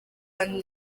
abahanzi